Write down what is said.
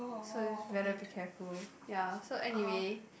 so is better be careful ya so anyway